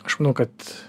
aš manau kad